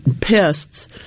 pests